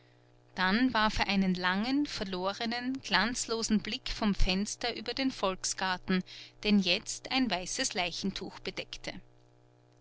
dann warf er einen langen verlorenen glanzlosen blick vom fenster über den volksgarten den jetzt ein weißes leichentuch bedeckte